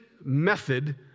method